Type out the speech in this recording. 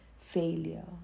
failure